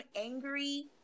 angry